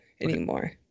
anymore